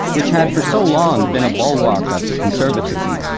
which had for so long been a bulwark of conservatism,